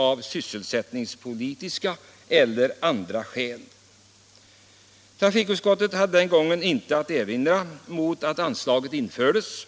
att beskriva det. Trafikutskottet hade den gången intet att erinra mot att anslaget infördes.